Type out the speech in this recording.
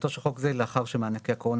"תחילתו של חוק זה לאחר שמענקי הקורונה